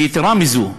ויתרה מזו,